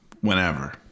Whenever